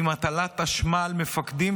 עם הטלת אשמה על מפקדים,